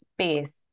space